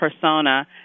persona